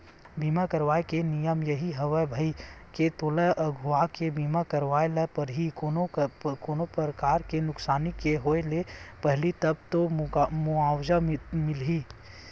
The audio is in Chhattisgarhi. बीमा करवाय के नियम यही हवय भई के तोला अघुवाके बीमा करवाय ल परही कोनो परकार के नुकसानी के होय ले पहिली तब तो मुवाजा मिलही